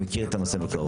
שמכיר את הנושא מקרוב.